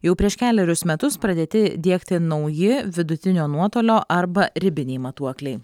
jau prieš kelerius metus pradėti diegti nauji vidutinio nuotolio arba ribiniai matuokliai